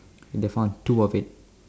they found two of it